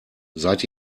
seid